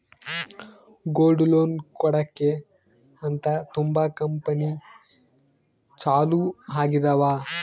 gold loan ಕೊಡಕ್ಕೆ ಅಂತ ತುಂಬಾ ಕಂಪೆನಿ ಚಾಲೂ ಆಗಿದಾವ